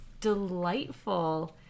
delightful